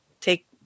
take